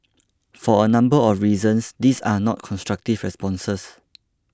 for a number of reasons these are not constructive responses